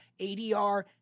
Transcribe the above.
ADR